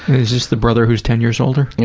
is this the brother who is ten years older?